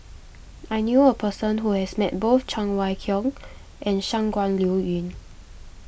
I knew a person who has met both Cheng Wai Keung and Shangguan Liuyun